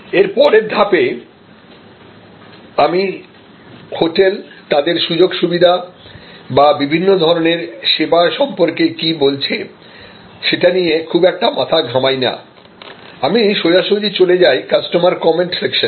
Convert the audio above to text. এর পরের ধাপে আমি হোটেল তাদের সুযোগ সুবিধা বা বিভিন্ন ধরনের সেবা সম্পর্কে কি বলছে সেটা নিয়ে খুব একটা মাথা ঘামাই নাআমি সোজাসুজি চলে যাই কাস্টমার কমেন্ট সেকশনে